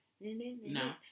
No